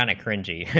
and cringing